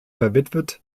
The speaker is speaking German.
verwitwet